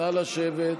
נא לשבת.